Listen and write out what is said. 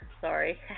Sorry